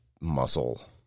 muscle